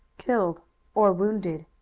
killed or wounded,